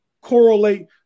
correlate